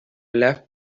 left